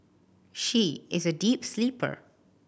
she is a deep sleeper